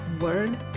word